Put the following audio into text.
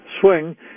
swing